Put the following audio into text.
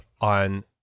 on